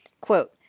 quote